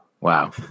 Wow